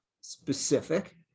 specific